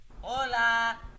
Hola